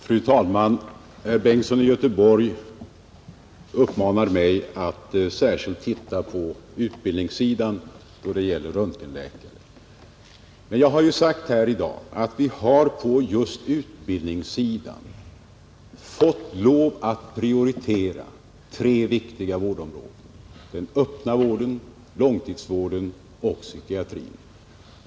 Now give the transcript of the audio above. Fru talman! Herr Bengtsson i Göteborg uppmanar mig att särskilt titta på utbildningssidan då det gäller röntgenläkare. Men jag har ju i dag sagt att vi just på utbildningssidan har fått lov att prioritera tre viktiga vårdområden: den öppna vården, långtidsvården och psykiatrin.